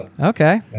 Okay